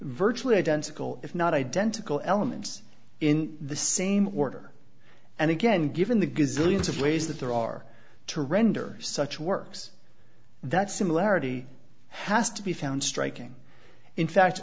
virtually identical if not identical elements in the same order and again given the ghazi's of ways that there are to render such works that similarity has to be found striking in fact